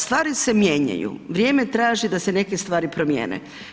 Stvari se mijenjaju, vrijeme traži da se neke stvari promijene.